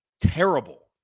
Terrible